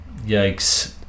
Yikes